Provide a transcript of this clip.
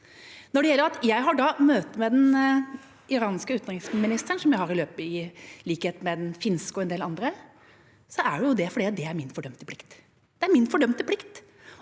Når det gjelder at jeg har møte med den iranske utenriksministeren, som jeg har i likhet med den finske og en del andre, er det fordi det er min fordømte plikt. Det er min fordømte plikt